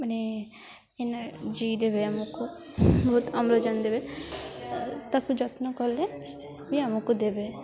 ମାନେ ଏନର୍ଜି ଦେବେ ଆମକୁ ବହୁତ ଆମ୍ଳଜାନ ଦେବେ ତାକୁ ଯତ୍ନ କଲେ ବି ଆମକୁ ଦେବେ